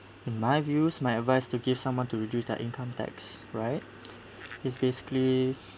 in my view my advice to give someone to reduce their income tax right is basically